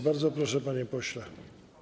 Bardzo proszę, panie pośle.